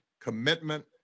commitment